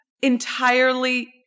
entirely